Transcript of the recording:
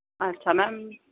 اچھا میم